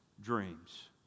dreams